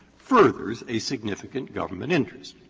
furthers a significant government interest.